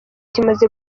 kimaze